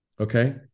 Okay